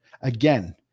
Again